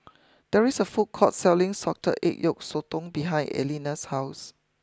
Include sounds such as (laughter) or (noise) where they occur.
(noise) there is a food court selling Salted Egg Yolk Sotong behind Erlinda's house